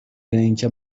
اینکه